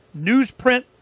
newsprint